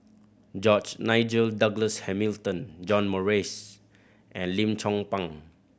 George Nigel Douglas Hamilton John Morrice and Lim Chong Pang